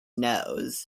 nose